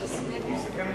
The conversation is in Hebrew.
שהוא יתקן בחקיקה.